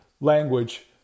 language